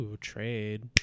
trade